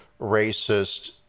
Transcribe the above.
Racist